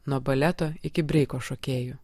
nuo baleto iki breiko šokėjų